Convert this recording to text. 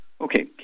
Okay